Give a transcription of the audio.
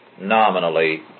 nominally